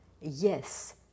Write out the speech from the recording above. Yes